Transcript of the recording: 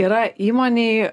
yra įmonėj